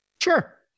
Sure